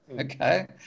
Okay